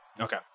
Okay